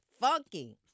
Funky